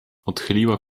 odchyliła